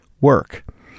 work